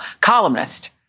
columnist